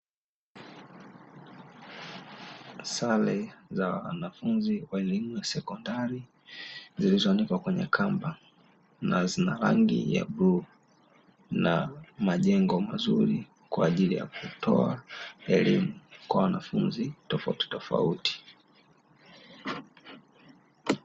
Sare za wanafunzi wa elimu ya sekondari zilizoanikwa kwenye kamba na zina rangi ya bluu, na majengo mazuri kwa ajili ya kutoa elimu kwa wanafunzi tofauti tofauti.